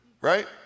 right